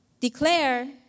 Declare